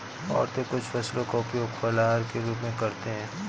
औरतें कुछ फसलों का उपयोग फलाहार के रूप में करते हैं